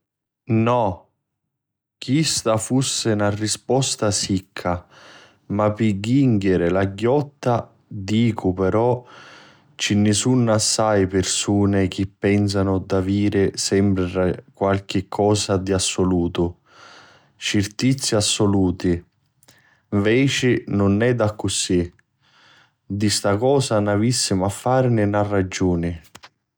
No, chista fussi na risposta sicca ma pi jinchiri la ghiotta dicu però ci ni sunnu assai pirsuni chi pensano d'aviri sempri qualchi cosa di assulutu, cirtizzi assuluti. Nveci nun è d'accussì, di sta cosa n'avvissimu a farini na ragiuni.